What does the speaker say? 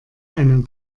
einen